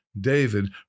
David